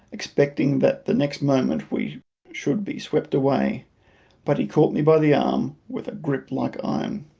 expecting that the next moment we should be swept away but he caught me by the arm with a grip like iron.